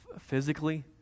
physically